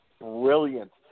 brilliant